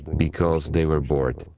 because they were bored.